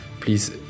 please